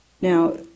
Now